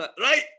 right